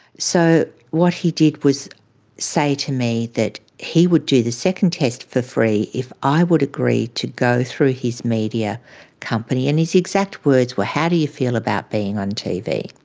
so what he did was say to me that he would do the second test for free if i would agree to go through his media company. and his exact words were, how do you feel about being on tv?